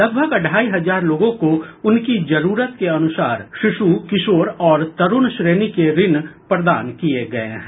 लगभग ढाई हजार लोगों को उनकी जरुरत के अनुसार शिशु किशोर और तरुण श्रेणी के ऋण प्रदान किये गये हैं